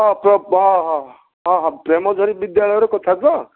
ହଁ ହଁ ହଁ ହଁ ପ୍ରେମଝରି ବିଦ୍ୟାଳୟର କଥା ତ